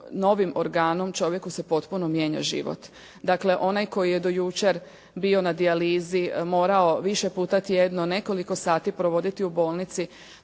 novim organom čovjeku se potpuno mijenja život. Dakle, onaj koji je do jučer bio na dijalizi, morao više puta tjedno nekoliko sati provoditi u bolnici,